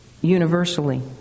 universally